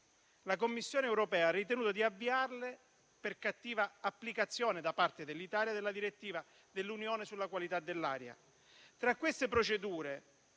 La Commissione europea ha ritenuto di avviarle per cattiva applicazione da parte dell'Italia della direttiva dell'Unione sulla qualità dell'aria.